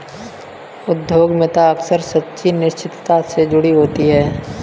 उद्यमिता अक्सर सच्ची अनिश्चितता से जुड़ी होती है